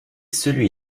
celui